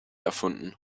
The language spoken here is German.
erfunden